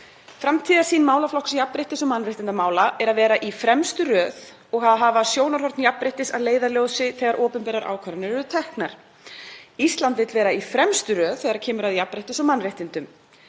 „Framtíðarsýn málaflokks jafnréttis- og mannréttindamála er að vera í fremstu röð og að hafa sjónarhorn jafnréttis að leiðarljósi þegar opinberar ákvarðanir eru teknar. Ísland vill vera í fremstu röð þegar kemur að jafnréttis- og mannréttindum.